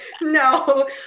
No